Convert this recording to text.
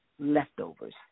leftovers